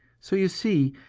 so you see,